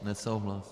Nesouhlas.